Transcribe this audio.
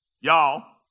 y'all